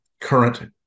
current